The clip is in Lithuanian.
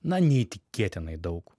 na neįtikėtinai daug